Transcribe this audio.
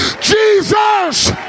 Jesus